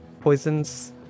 poisons